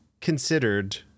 considered